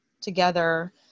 together